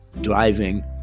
driving